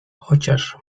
chociaż